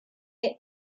est